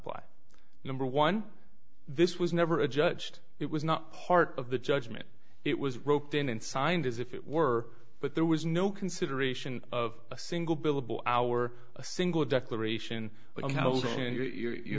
apply number one this was never a judged it was not part of the judgment it was roped in and signed as if it were but there was no consideration of a single billable hour a single declaration but you're